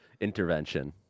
intervention